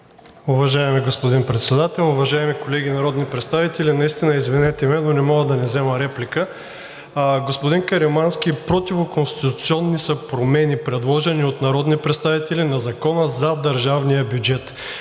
Уважаеми господин Председател, уважаеми колеги народни представители! Наистина извинете ме, но не мога да не взема реплика. Господин Каримански, противоконституционни са промени, предложени от народни представители, на Закона за държавния бюджет.